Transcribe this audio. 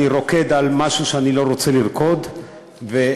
רוקד על משהו שאני לא רוצה לרקוד עליו.